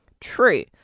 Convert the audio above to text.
true